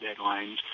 deadlines